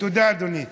תודה, אדוני.